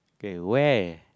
k where